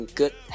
good